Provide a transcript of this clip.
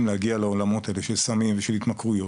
להגיע לעולמות האלו של סמים ושל התמכרויות